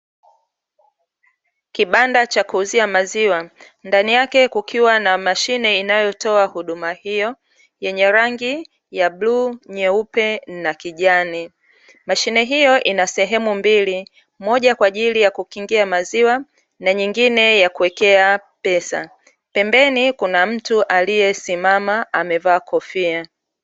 Kibanda cha kuuzia maziwa: ndani yake kukiwa na mashine inayotoa huduma hiyo yenye rangi ya bluu, nyeupe, na kijani. Mashine hiyo ina sehemu mbili; moja kwa ajili ya kukingia maziwa na nyingine ya kuwekea pesa, pembeni kuna mtu aliyesimama amevaa kofia.